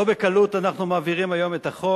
לא בקלות אנחנו מעבירים את החוק.